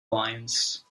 alliance